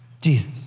Jesus